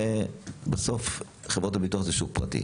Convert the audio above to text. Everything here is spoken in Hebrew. זה בסוף, חברות הביטוח זה שוק פרטי.